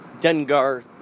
Dengar